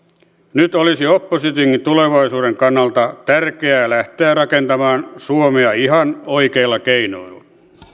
nyt olisi oppositionkin tulevaisuuden kannalta tärkeää lähteä rakentamaan suomea ihan oikeilla keinoilla